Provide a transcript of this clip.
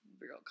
real